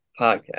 Podcast